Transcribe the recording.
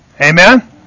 Amen